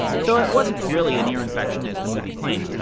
so it wasn't really an ear infection, as the movie claims.